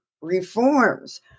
reforms